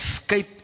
escape